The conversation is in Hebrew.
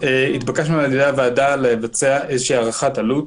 התבקשנו על ידי הוועדה לבצע איזה הערכת עלות